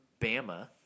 Bama